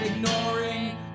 Ignoring